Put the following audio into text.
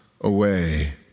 away